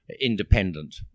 independent